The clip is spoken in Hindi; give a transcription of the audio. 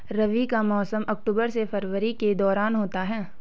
रबी का मौसम अक्टूबर से फरवरी के दौरान होता है